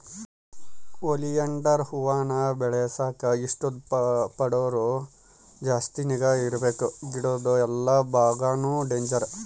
oleander ಹೂವಾನ ಬೆಳೆಸಾಕ ಇಷ್ಟ ಪಡೋರು ಜಾಸ್ತಿ ನಿಗಾ ಇರ್ಬಕು ಗಿಡುದ್ ಎಲ್ಲಾ ಬಾಗಾನು ಡೇಂಜರ್